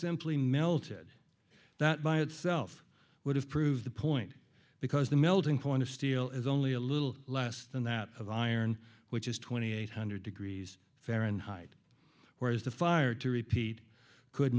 simply melted that by itself would have proved the point because the melting point of steel is only a little less than that of iron which is twenty eight hundred degrees fahrenheit whereas the fire to repeat could